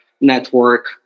network